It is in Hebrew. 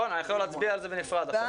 נצביע על זה בנפרד,